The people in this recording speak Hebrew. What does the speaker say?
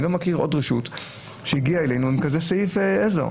אני לא מכיר עוד רשות שהגיעה אלינו עם כזה סעיף עזר.